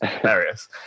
hilarious